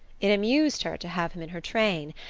it amused her to have him in her train,